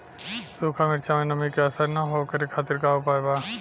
सूखा मिर्चा में नमी के असर न हो ओकरे खातीर का उपाय बा?